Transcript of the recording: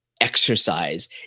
exercise